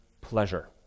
pleasure